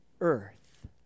earth